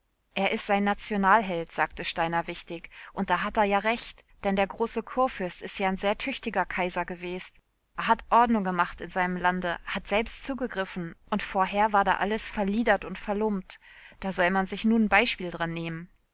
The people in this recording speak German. es is sein nationalheld sagte steiner wichtig und da hat a ja recht denn der große kurfürst ist ja n sehr tüchtiger kaiser gewest a hat ordnung gemacht in seinem lande hat selbst zugegriffen und vorher war da alles verliedert und verlumpt da soll man sich nu n beispiel dran nehmen